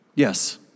Yes